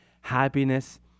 happiness